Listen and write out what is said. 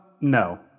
No